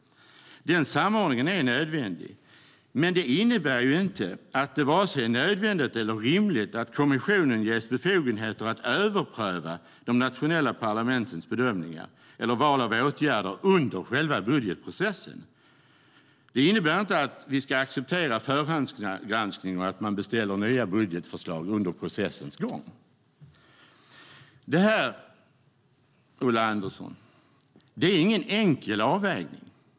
Den samordningen är nödvändig. Men det innebär inte att det är vare sig nödvändigt eller rimligt att kommissionen ges befogenheter att överpröva de nationella parlamentens bedömningar eller val av åtgärder under själva budgetprocessen, och det innebär inte att vi ska acceptera förhandsgranskning och att man beställer nya budgetförslag under processens gång. Detta, Ulla Andersson, är ingen enkel avvägning.